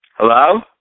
Hello